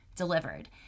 delivered